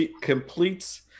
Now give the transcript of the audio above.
completes